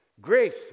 grace